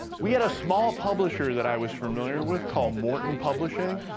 we had a small publisher that i was familiar with called morton publishing,